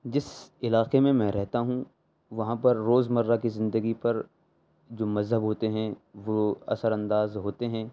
جس علاقے میں میں رہتا ہوں وہاں پر روزمرہ کی زندگی پر جو مذہب ہوتے ہیں وہ اثرانداز ہوتے ہیں